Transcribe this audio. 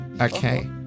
Okay